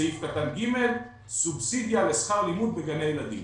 סעיף קטן (ג) סובסידיה לשכר לימוד בגני ילדים.